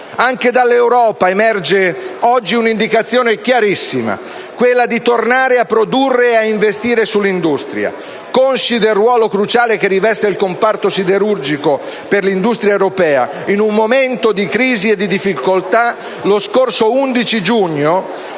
Anche dall'Europa emerge oggi l'indicazione chiarissima di tornare a produrre e ad investire nell'industria. Consci del ruolo cruciale che riveste il comparto siderurgico per l'industria europea, in un momento di crisi e di difficoltà, lo scorso 11 giugno